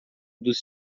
dos